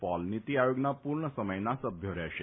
pole નીતિ આયોગના પૂર્ણ સમથના સભ્યો રહેશે